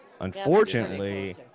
Unfortunately